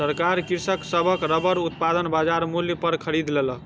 सरकार कृषक सभक रबड़ उत्पादन बजार मूल्य पर खरीद लेलक